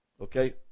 okay